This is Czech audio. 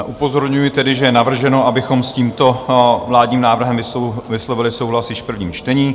Upozorňuji tedy, že je navrženo, abychom s tímto vládním návrhem vyslovili souhlas již v prvním čtení.